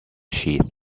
sheath